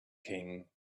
king